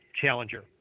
challenger